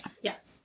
Yes